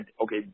okay